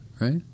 right